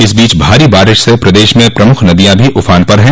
इस बीच भारी बारिश से प्रदेश में प्रमुख नदियॉ भी उफान पर हैं